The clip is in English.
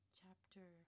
chapter